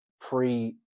pre